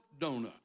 donut